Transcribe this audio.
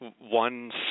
one